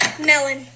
Melon